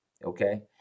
okay